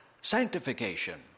sanctification